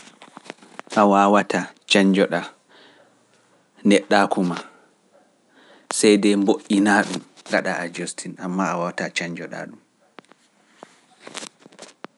A wawata canjoɗa neɗɗaaku maa, seyde mboƴƴina ɗum gaɗa a jostin, ammaa a wawata canjoɗa ɗum.